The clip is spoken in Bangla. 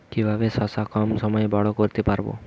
কিভাবে শশা কম সময়ে বড় করতে পারব?